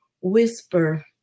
whisper